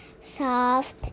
soft